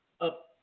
up